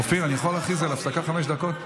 אופיר, אני יכול להכריז על הפסקה חמש דקות?